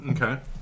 Okay